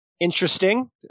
interesting